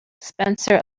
spencer